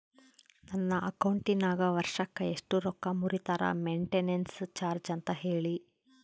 ನನ್ನ ಅಕೌಂಟಿನಾಗ ವರ್ಷಕ್ಕ ಎಷ್ಟು ರೊಕ್ಕ ಮುರಿತಾರ ಮೆಂಟೇನೆನ್ಸ್ ಚಾರ್ಜ್ ಅಂತ ಹೇಳಿ?